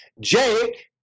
Jake